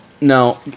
no